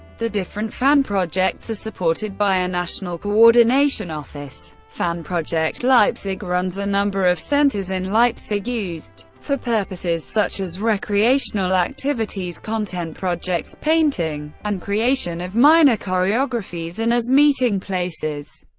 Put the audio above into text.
the different fanprojekts are supported by a national coordination office. fanprojekt leipzig runs a number of centers in leipzig used for purposes such as recreational activities, content projects, painting and creation of minor choreographies, and as meeting places.